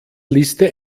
liste